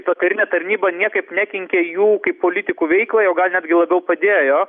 ta karinė tarnyba niekaip nekenkė jų kaip politikų veiklai o gal netgi labiau padėjo